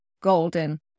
golden